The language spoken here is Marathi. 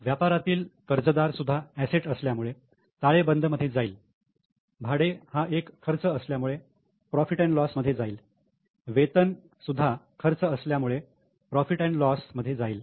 व्यापारातील कर्ज दार सुद्धा अँसेट असल्यामुळे ताळेबंद मध्ये जाईल भाडे हा एक खर्च असल्यामुळे profit and loss profit loss मध्ये जाईल वेतन सुभा खर्च असल्यामुळे profit and loss profit loss मध्ये जाईल